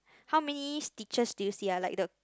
how many stitches did you see ah like the